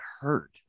hurt